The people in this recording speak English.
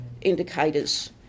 indicators